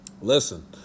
listen